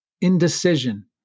indecision